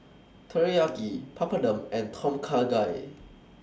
Teriyaki Papadum and Tom Kha Gai